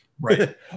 Right